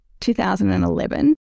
2011